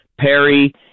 Perry